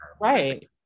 Right